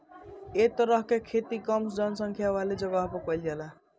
ए तरह के खेती कम जनसंख्या वाला जगह पे कईल जाला